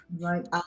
Right